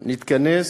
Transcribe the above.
נתכנס